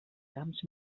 camps